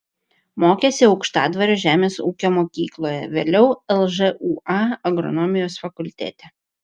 mokėsi aukštadvario žemės ūkio mokykloje vėliau lžūa agronomijos fakultete